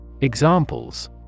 Examples